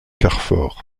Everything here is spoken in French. carfor